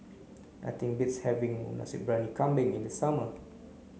nothing beats having Nasi Briyani Kambing in the summer